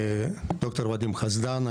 דוקטור ודים חסדן,